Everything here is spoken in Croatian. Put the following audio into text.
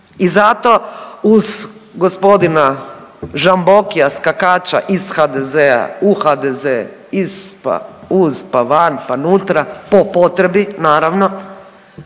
i zato uz g. Žambokija, skakača iz HDZ-a u HDZ, iz pa uz, pa van pa nutra po potrebi, naravno,